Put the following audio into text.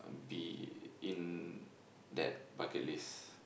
be in that bucket list